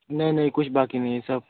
नहीं नहीं कुछ बाक़ी नहीं सब